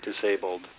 disabled